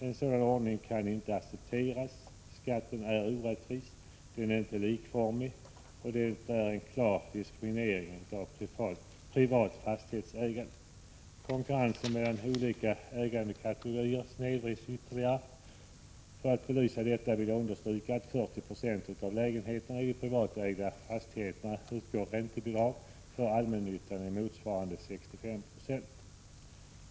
En sådan ordning kan inte accepteras. Skatten är orättvis. Den är inte likformig. Den innebär en klar diskriminering av privata fastighetsägare. Konkurrensen mellan olika ägarkategorier snedvrids ytterligare. För att belysa detta vill jag understryka att 40 96 av lägenheterna i privatägda fastigheter erhåller räntebidrag, medan motsvarande andel för allmännyttan är 65 96.